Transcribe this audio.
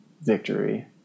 victory